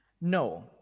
no